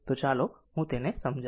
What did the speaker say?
તો ચાલો હું તેને સમજાવું